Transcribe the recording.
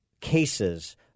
cases